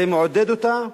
זה מעודד אותה,